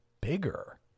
bigger